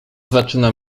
zaczyna